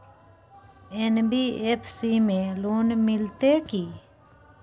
NBFC में loan मिलते की?